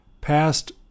past